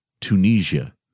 Tunisia